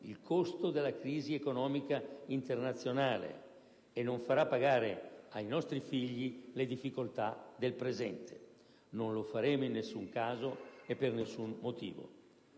il costo della crisi economica internazionale, e non farà pagare ai nostri figli le difficoltà del presente. Non lo faremo in nessuno caso e per nessuno motivo.